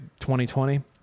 2020